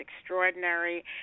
extraordinary